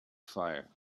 fire